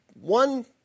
one